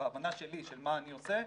בהבנה שלי, של מה אני עושה,